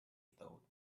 thought